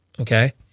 Okay